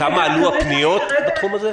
כמה עלה היקף הפניות בתחום הזה?